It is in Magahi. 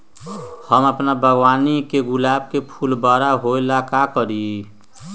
हम अपना बागवानी के गुलाब के फूल बारा होय ला का करी?